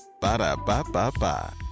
Ba-da-ba-ba-ba